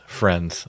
friends